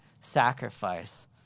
sacrifice